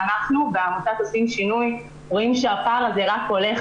ואנחנו בעמותת "עו"סים שינוי" רואים שהפער הזה רק הולך